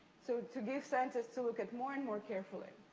so, to give scientists to look at more and more carefully.